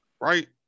Right